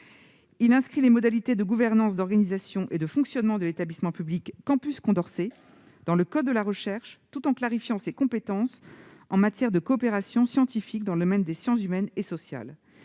à inscrire les modalités de gouvernance, d'organisation et de fonctionnement de l'établissement public Campus Condorcet dans le code de la recherche, tout en clarifiant ses compétences en matière de coopération scientifique dans le domaine des sciences humaines et sociales.